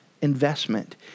investment